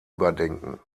überdenken